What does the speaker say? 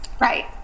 right